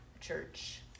church